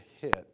hit